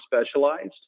specialized